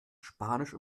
spanisch